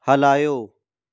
हलायो